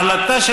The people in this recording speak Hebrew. אבל ההחלטה של